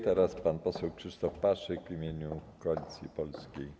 Teraz pan poseł Krzysztof Paszyk w imieniu Koalicji Polskiej.